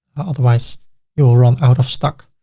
otherwise you will run out of stock.